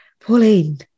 Pauline